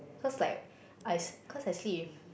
cause like I cause I see in